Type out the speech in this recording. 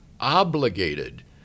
obligated